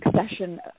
succession